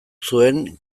zuen